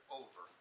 over